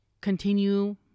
continue